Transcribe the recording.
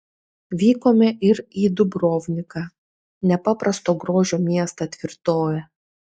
vykome ir į dubrovniką nepaprasto grožio miestą tvirtovę